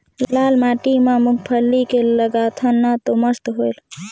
लाल माटी म मुंगफली के लगाथन न तो मस्त होयल?